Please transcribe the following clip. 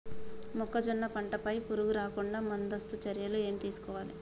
మొక్కజొన్న పంట పై పురుగు రాకుండా ముందస్తు చర్యలు ఏం తీసుకోవాలి?